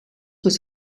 was